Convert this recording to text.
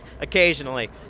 Occasionally